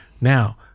Now